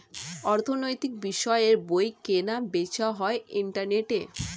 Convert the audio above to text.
অর্থনৈতিক বিষয়ের বই কেনা বেচা হয় ইন্টারনেটে